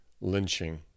lynching